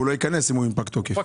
הוא לא ייכנס אם הוא פג תוקף.